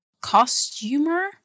costumer